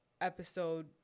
episode